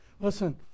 Listen